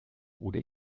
oder